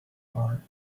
are